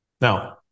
Now